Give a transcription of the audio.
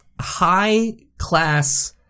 high-class